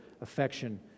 affection